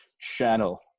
channel